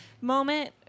moment